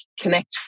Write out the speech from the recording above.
connect